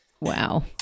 Wow